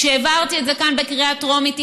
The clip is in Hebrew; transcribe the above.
כשהעברתי את זה כאן בקריאה טרומית,